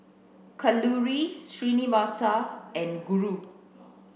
Kalluri Srinivasa and Guru